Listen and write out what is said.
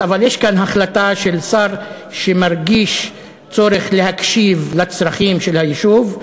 אבל יש כאן החלטה של שר שמרגיש צורך להקשיב לצרכים של היישוב,